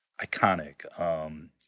iconic